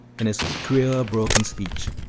in his queer broken speech,